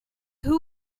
who